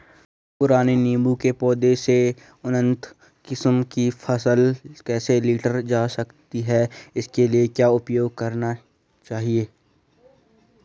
पुराने नीबूं के पौधें से उन्नत किस्म की फसल कैसे लीटर जा सकती है इसके लिए क्या उपाय करने चाहिए?